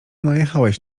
najechałeś